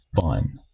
fun